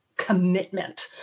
commitment